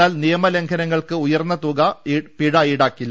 എന്നാൽ നിയ മലംഘനങ്ങൾക്ക് ഉയർന്ന പിഴത്തുക ഈടാക്കില്ല